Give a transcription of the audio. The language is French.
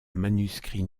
manuscrits